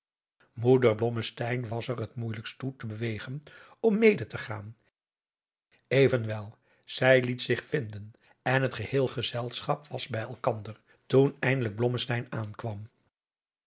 blommesteyn was er het moeijelijkst toe te bewegen om mede te gaan evenwel zij liet zich vinden en het geheel gezelschap was bij elkander toen eindelijk blommesteyn aankwam